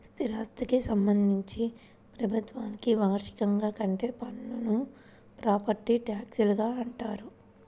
స్థిరాస్థికి సంబంధించి ప్రభుత్వానికి వార్షికంగా కట్టే పన్నును ప్రాపర్టీ ట్యాక్స్గా అంటారు